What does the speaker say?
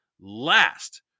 last